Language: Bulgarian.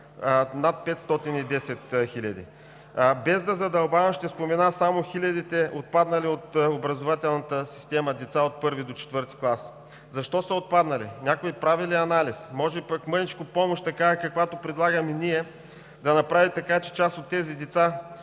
над 510 хиляди. Без да задълбавам, ще спомена само хилядите отпаднали от образователната система деца от I до IV клас. Защо са отпаднали? Някой прави ли анализ? Може пък мъничко помощ такава, каквато предлагаме ние, да направи така, че част от тези деца